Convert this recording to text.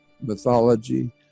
mythology